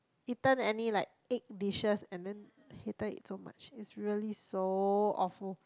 eaten any like egg dishes and then hated it so much it's really so awful